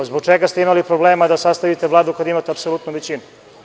Zbog čega ste imali problema da sastavite Vladu kada imate apsolutnu većinu?